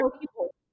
people